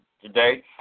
today